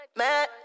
mad